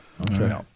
okay